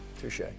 Touche